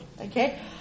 Okay